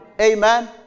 Amen